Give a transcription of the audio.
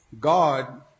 God